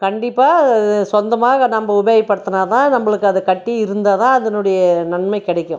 கண்டிப்பாக சொந்தமாக நம்ம உபயோகப்படுத்துனால் தான் நம்மளுக்கு அதை கட்டி இருந்தால் தான் அதனுடைய நன்மை கிடைக்கும்